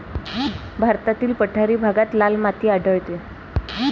भारतातील पठारी भागात लाल माती आढळते